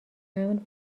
امن